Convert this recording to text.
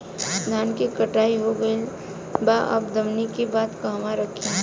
धान के कटाई हो गइल बा अब दवनि के बाद कहवा रखी?